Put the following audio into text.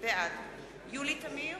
בעד יולי תמיר,